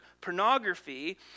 pornography